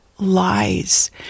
Lies